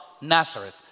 Nazareth